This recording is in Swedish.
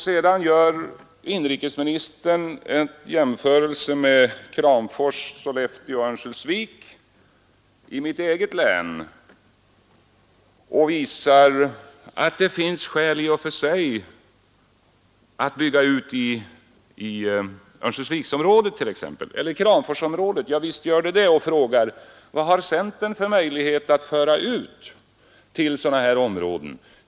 Sedan gör inrikesministern en jämförelse med Kramfors, Sollefteå och Örnsköldsvik i mitt eget län och visar att det finns 1 i och för sig att bygga ut i Örnsköldsviksområdet eller Kramforsområdet — ja visst gör det det — och frågar: Vad har centern för möjligheter att föra ut verksamheter till sådana områden?